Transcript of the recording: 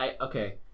Okay